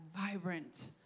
vibrant